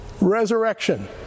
resurrection